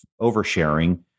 oversharing